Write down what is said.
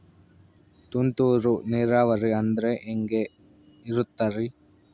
ತುಂತುರು ನೇರಾವರಿ ಅಂದ್ರೆ ಹೆಂಗೆ ಇರುತ್ತರಿ?